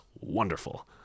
wonderful